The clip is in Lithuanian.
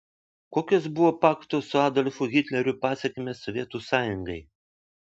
kokios buvo pakto su adolfu hitleriu pasekmės sovietų sąjungai